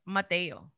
Mateo